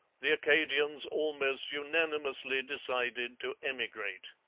the acadians almost unanimously decided to emigrate.